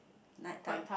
night time